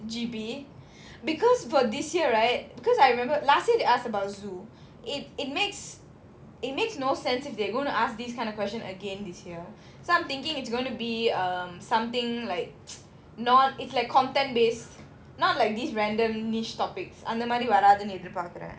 G_P because for this year right because I remember last year they ask about zoo it it makes it makes no sense if they're going to ask this kind of question again this year so I'm thinking it's going to be um something like not it's like content based not like these random niche topics அந்த மாதிரி வராதுன்னு எதிர் பாக்குறேன்:antha maathiri varaathunnu ethir paakkuraen